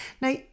Now